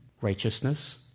righteousness